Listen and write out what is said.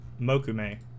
Mokume